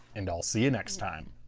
and i'll see you next time.